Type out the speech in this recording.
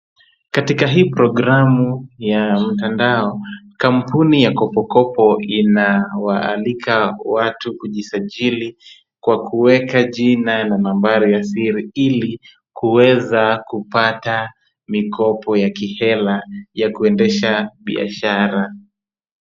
Katika hii programu ya mtandao, kampuni ya KopoKopo inawaalika watu kujisajili kwa kuweka jina na nambari ya siri ili kuweza kupata mikopo ya kihela ya kuendesha biashara.